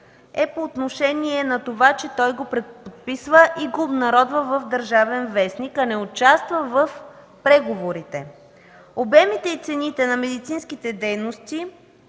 е по отношение на това, че той го преподписва и го обнародва в „Държавен вестник”, а не участва в преговорите. Обемите и цените на медицинските дейности